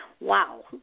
wow